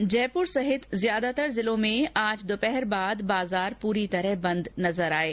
इस बीच जयपूर सहित ज्यादातर जिलों में आज दोपहर बाद बाजार पूरी तरह बंद नजर आये